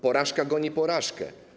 Porażka goni porażkę.